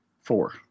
Four